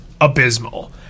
abysmal